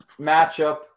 matchup